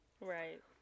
Right